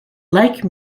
like